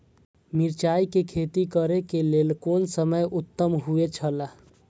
मिरचाई के खेती करे के लेल कोन समय उत्तम हुए छला?